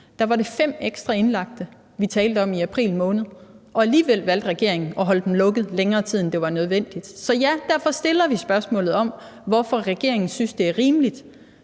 var fem ekstra indlagte; det var det, vi talte om i april måned. Alligevel valgte regeringen at holde dem lukket, længere tid end det var nødvendigt. Så derfor stiller vi spørgsmålet om, hvorfor regeringen synes, det er rimeligt.